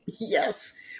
Yes